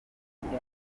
mubiri